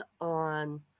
on